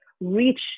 reach